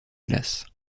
glaces